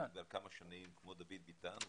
וכבר כמה שנים כמו דוד ביטן,